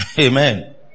Amen